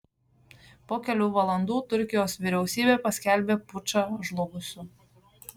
po kelių valandų turkijos vyriausybė paskelbė pučą žlugusiu